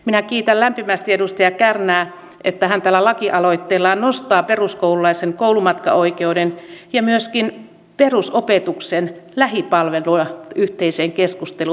minä kiitän lämpimästi edustaja kärnää että hän tällä lakialoitteellaan nostaa peruskoululaisen koulumatkaoikeuden ja myöskin perusopetuksen lähipalveluna yhteiseen keskusteluun